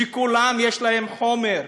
שבכולם יש חומר.